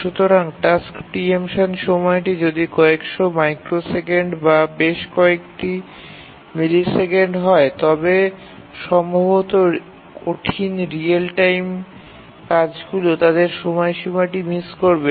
সুতরাং task preemption সময়টি যদি কয়েকশ মাইক্রোসেকেন্ড বা বেশ কয়েকটি মিলিসেকেন্ড হয় তবে সম্ভবত কঠিন রিয়েল টাইম কাজগুলি তাদের সময়সীমাটি মিস করবে